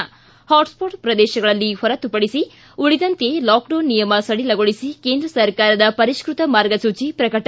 ಿ ಹಾಟ್ಸ್ಟಾಟ್ ಪ್ರದೇಶಗಳನ್ನು ಹೊರತುಪಡಿಸಿ ಲಾಕ್ಡೌನ್ ನಿಯಮ ಸಡಿಲಗೊಳಿಸಿ ಕೇಂದ್ರ ಸರ್ಕಾರದ ಪರಿಷ್ನತ ಮಾರ್ಗಸೂಚಿ ಪ್ರಕಟ